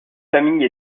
famille